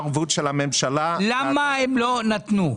למה הם לא נתנו?